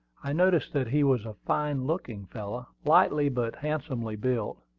i noticed that he was a fine-looking fellow, lightly but handsomely built.